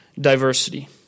diversity